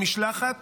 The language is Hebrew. במשלחת